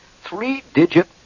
three-digit